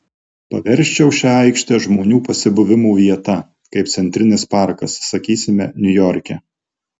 paversčiau šią aikštę žmonių pasibuvimo vieta kaip centrinis parkas sakysime niujorke